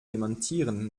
dementieren